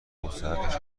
مستحقش